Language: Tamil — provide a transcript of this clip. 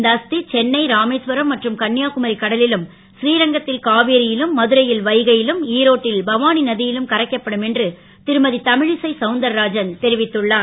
இந்த அஸ் ராமேஸ்வரம் மற்றும் கன் யகுமரி கடலிலும் ஸ்ரீரங்கத் ல் காவேரி லும் மதுரை ல் வைகை லும் ஈரோட்டில் பவா ந லும் கரைக்கப்படும் என்று ரும தமி சை சவுந்தரராஜன் தெரிவித்துள்ளார்